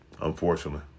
unfortunately